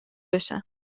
بشم